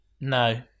No